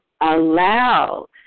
allow